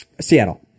Seattle